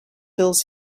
fills